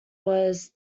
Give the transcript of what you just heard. was